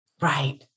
Right